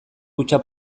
kutxa